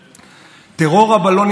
זאת,